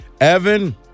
Evan